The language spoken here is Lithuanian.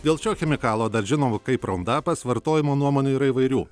dėl šio chemikalo dar žinomo kaip rondapas vartojimo nuomonių yra įvairių